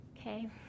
Okay